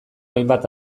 hainbat